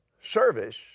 service